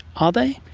are they?